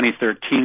2013